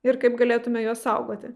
ir kaip galėtume juos saugoti